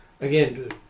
again